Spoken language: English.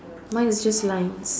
mine is just lines